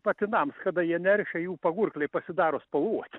patinams kada jie neršia jų pagurkliai pasidaro spalvoti